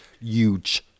huge